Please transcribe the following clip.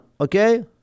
Okay